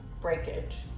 breakage